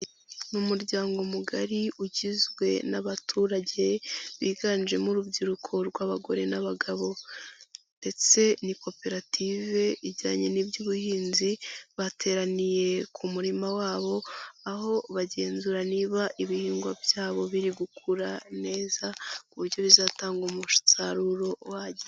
Ni umuryango mugari ugizwe n'abaturage, biganjemo urubyiruko rw'abagore n'abagabo ndetse ni koperative ijyanye n'iby'ubuhinzi, bateraniye ku murimo wabo, aho bagenzura niba ibihingwa byabo biri gukura neza ku buryo bizatanga umusaruro uwahagije.